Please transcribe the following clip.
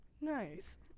Nice